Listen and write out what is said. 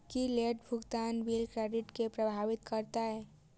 की late भुगतान bill credit केँ प्रभावित करतै?